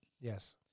Yes